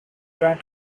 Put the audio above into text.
grant